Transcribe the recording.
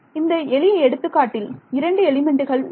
இந்த எளிய எடுத்துக்காட்டில் இரண்டு எலிமெண்ட்டுகள் உள்ளன